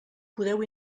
podeu